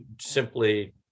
simply